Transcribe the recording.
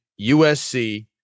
USC